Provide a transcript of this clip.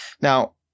Now